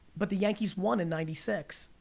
but the yankees won in ninety six,